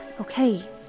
Okay